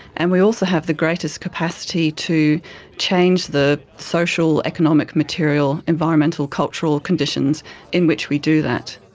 and we also have the greatest capacity to change the social, economic, material, environmental, cultural conditions in which we do that.